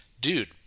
Dude